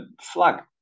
flag